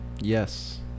yes